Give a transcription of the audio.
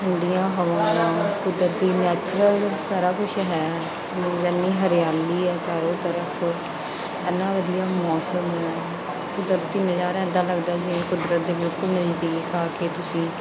ਠੰਡੀਆਂ ਹਵਾਵਾਂ ਕੁਦਰਤੀ ਨੈਚਰਲ ਸਾਰਾ ਕੁਛ ਹੈ ਯਾਨੀ ਹਰਿਆਲੀ ਹੈ ਚਾਰੋਂ ਤਰਫ ਤੋਂ ਇੰਨਾ ਵਧੀਆ ਮੌਸਮ ਹੈ ਕਦਰਤੀ ਨਜਾਰਾ ਇਦਾਂ ਲੱਗਦਾ ਜਿਵੇਂ ਕੁਦਰਤ ਦੇ ਬਿਲਕੁਲ ਨਜ਼ਦੀਕ ਆ ਗਏ ਤੁਸੀਂ